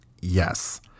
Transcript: Yes